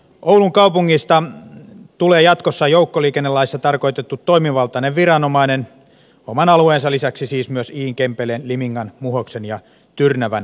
oulun kaupungista tulee jatkossa joukkoliikennelaissa tarkoitettu toimivaltainen viranomainen oman alueensa lisäksi siis myös iin kempeleen limingan muhoksen ja tyrnävän alueella